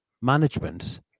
management